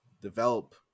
develop